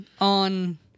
on